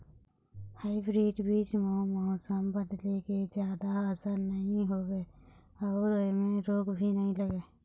hybrid बीज म मौसम बदले के जादा असर नई होवे अऊ ऐमें रोग भी नई लगे